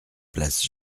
place